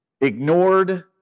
ignored